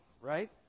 right